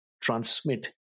transmit